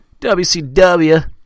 WCW